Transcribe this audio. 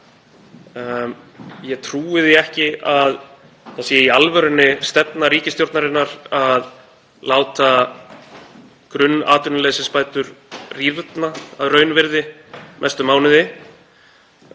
Ég trúi því ekki að það sé í alvörunni stefna ríkisstjórnarinnar að láta grunnatvinnuleysisbætur rýrna að raunvirði næstu mánuði.